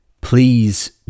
please